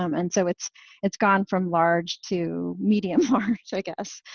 um and so it's it's gone from large to medium large, i guess.